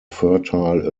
fertile